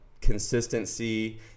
consistency